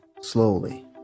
slowly